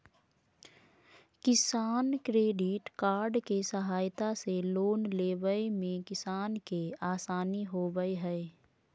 किसान credit card के सहायता से लोन लेवय मे किसान के आसानी होबय हय